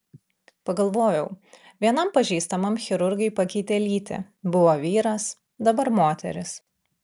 pagalvojau vienam pažįstamam chirurgai pakeitė lytį buvo vyras dabar moteris